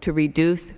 to reduce